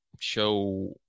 show